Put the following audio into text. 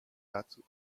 dazu